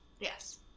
Yes